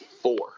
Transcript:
four